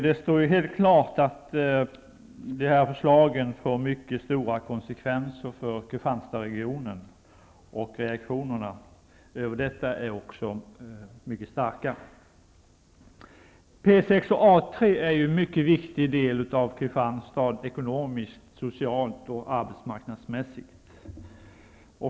Det står helt klart att de här förslagen får stora konsekvenser för Kristianstadsregionen, och reaktionerna över detta är också mycket starka. P 6 och A 3 är ju en mycket viktig del av Kristianstad ekonomiskt, socialt och arbetsmarknadsmässigt.